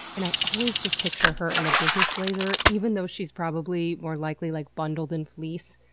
and i always just picture her in a business blazer even though she's probably more likely, like, bundled in fleece,